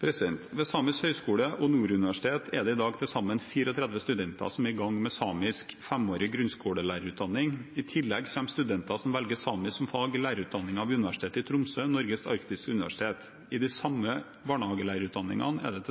Ved Samisk høgskole og Nord universitet er det i dag til sammen 34 studenter som er i gang med samisk femårig grunnskolelærerutdanning. I tillegg kommer studenter som velger samisk som fag i lærerutdanningen ved Universitetet i Tromsø, Norges arktiske universitet. I de samiske barnehagelærerutdanningene er det